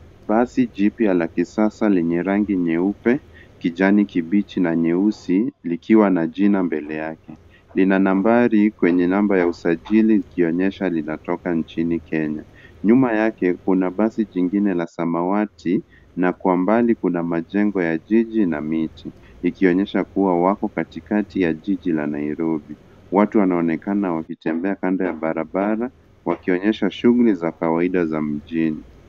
Basi jipya la kisasa lenye rangi nyeupe, kijani kibichi na nyeusi likiwa na jina mbele yake. Lina nambari kwenye namba ya usajili ikionyesha linatoka nchini Kenya. Nyuma yake kuna basi jingine la samawati na kwa mbali kuna majengo ya jiji na miti ikionyesha kuwa wako katikati ya jiji na Nairobi. Watu wanaonekana wakitembea kando ya barabara wakionyesha shughuli za kawaida za mjini.